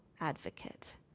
advocate